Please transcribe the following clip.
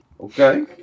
Okay